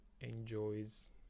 enjoys